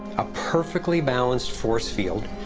a perfectly balanced force field,